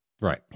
Right